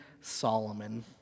Solomon